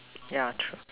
yeah true